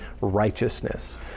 righteousness